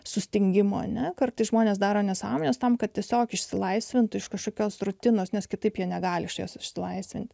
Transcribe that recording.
sustingimo ne kartais žmonės daro nesąmones tam kad tiesiog išsilaisvintų iš kažkokios rutinos nes kitaip jie negali iš jos išsilaisvinti